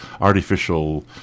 artificial